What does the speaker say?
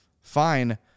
Fine